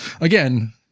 again